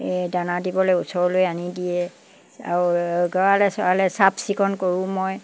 এই দানা দিবলৈ ওচৰলৈ আনি দিয়ে আৰু গঁৰালে চৰালে চাফ চিকুণ কৰোঁ মই